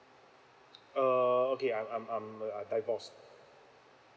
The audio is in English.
uh okay I'm I'm I'm a divorced